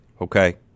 okay